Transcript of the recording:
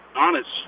honest